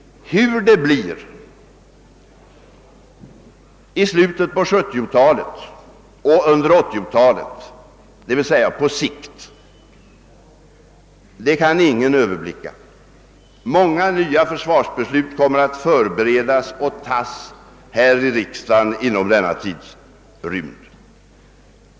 Hur det blir i slutet av 1970 talet och under 1980-talet, d.v.s. på sikt, kan ingen förutse. Många nya försvarsbeslut kommer att förberedas och tas här i riksdagen inom denna tidrymd.